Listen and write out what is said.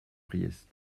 priest